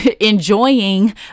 enjoying